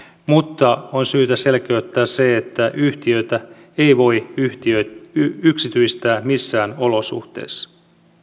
mutta on syytä selkeyttää se että yhtiötä ei voi yksityistää missään olosuhteissa